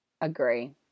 Agree